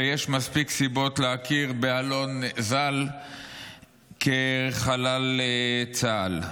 ויש מספיק סיבות להכיר באלון ז"ל כחלל צה"ל.